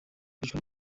kwicwa